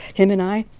him and i.